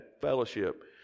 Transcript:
fellowship